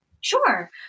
Sure